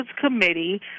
Committee